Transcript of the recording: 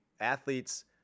athletes